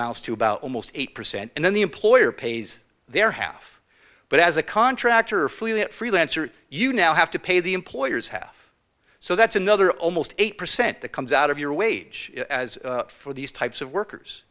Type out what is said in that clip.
amounts to about almost eight percent and then the employer pays their half but as a contractor for that freelancer you now have to pay the employer's half so that's another almost eight percent that comes out of your wage for these types of workers